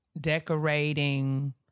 decorating